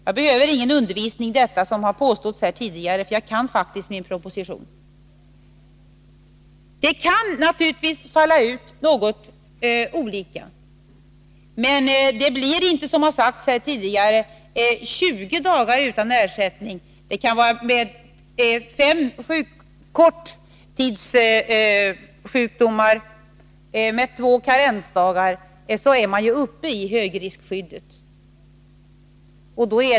Jag behöver inte undervisning i detta, som det påståtts här tidigare, för jag kan faktiskt min proposition. Det kan naturligtvis falla ut något olika. Men det blir inte, som det har sagts tidigare, 20 dagar utan ersättning. Med fem korttidssjukdomar med 2 karensdagar är man uppe i högriskskyddet.